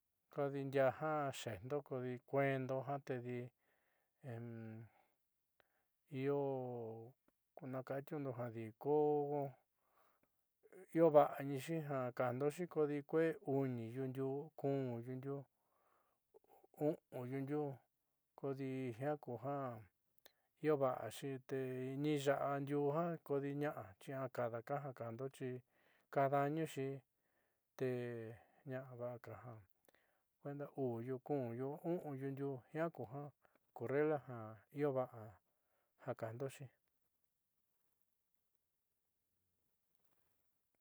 Kodi ndiaa jaxeendo kodi kueendo ju tedi io naka'atiundo jadi ko io va'anixi ja kajndoxi kodi kuee uni yuu ndiuu kun yuundiuu u'unyundiuu kodi jiaa kuja iova'axi te nixa'a ndiuu ja kodi ña'a xiakado ja kajndo xi kaada'añuxi te na'a vo'aka ja kuenda uu yu kunyu a uunyu ndiuu ja ku regla ja io va'a ja kajndoxi.